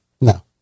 No